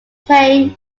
paying